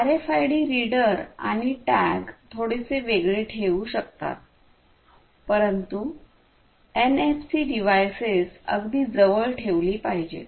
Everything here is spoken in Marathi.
आरएफआयडी रीडर आणि टॅग थोडेसे वेगळे ठेवू शकतात परंतु एनएफसी डिव्हाइसेस अगदी जवळ ठेवली पाहिजेत